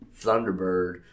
Thunderbird